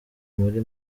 muri